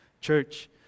Church